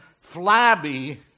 flabby